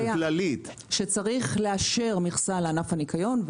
צריך לאשר מכסה לענף הניקיון.